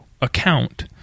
account